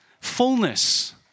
fullness